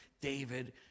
David